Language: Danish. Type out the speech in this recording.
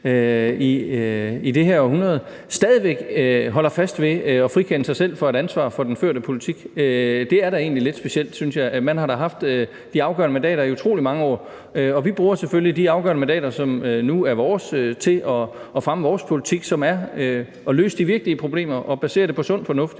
i det her århundrede stadig væk holder fast ved at frikende sig selv for et ansvar for den førte politik. Det er da egentlig lidt specielt, synes jeg. Man har da haft de afgørende mandater i utrolig mange år. Vi bruger selvfølgelig de afgørende mandater, som nu er vores, til at fremme vores politik, som er at løse de virkelige problemer og basere det på sund fornuft